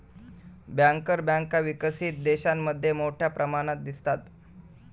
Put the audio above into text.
banker बँका विकसित देशांमध्ये मोठ्या प्रमाणात दिसतात